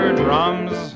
drums